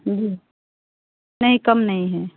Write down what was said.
जी नहीं कम नहीं है